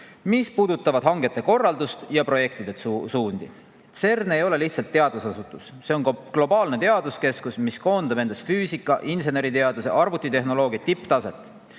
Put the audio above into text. mis puudutavad hangete korraldust ja projektide suundi. CERN ei ole lihtsalt teadusasutus, see on globaalne teaduskeskus, mis koondab endas füüsika, inseneriteaduse ja arvutitehnoloogia tipptaset.